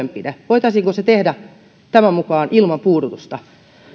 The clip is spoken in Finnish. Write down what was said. on kirurginen toimenpide voitaisiinko se tehdä tämän mukaan ilman puudutusta